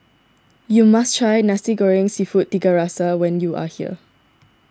you must try Nasi Goreng Seafood Tiga Rasa when you are here